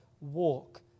Walk